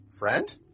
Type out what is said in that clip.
friend